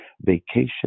vacation